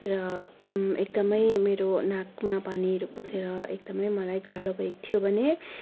र एकदमै मेरो नाकमा पानीहरू पसेर एकदमै मलाई गाह्रो भएको थियो भने